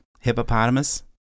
Hippopotamus